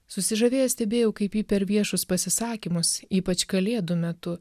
susižavėjęs stebėjau kaip ji per viešus pasisakymus ypač kalėdų metu